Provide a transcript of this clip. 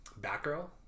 Batgirl